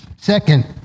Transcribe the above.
Second